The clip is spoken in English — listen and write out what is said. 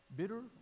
bitter